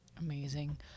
Amazing